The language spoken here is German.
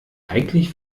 eigentlich